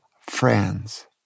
friends